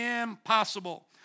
Impossible